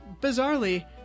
bizarrely